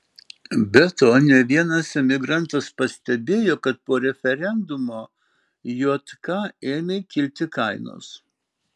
be to ne vienas emigrantas pastebėjo kad po referendumo jk ėmė kilti kainos